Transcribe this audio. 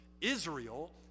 Israel